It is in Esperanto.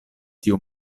tiu